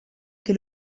che